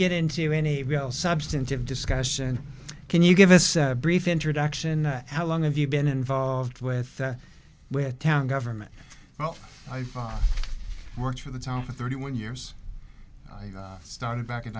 get into any real substantive discussion can you give us a brief introduction how long have you been involved with with town government well i've worked for the town for thirty one years i started back in